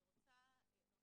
אני רוצה להגיד